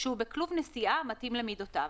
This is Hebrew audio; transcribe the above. כשהוא בכלוב נשיאה המתאים למידותיו,